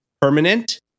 permanent